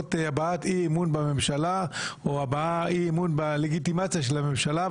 כאות הבעת אי אמון בממשלה או הבעת אי אמון בלגיטימציה של הממשלה.